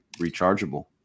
rechargeable